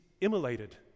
immolated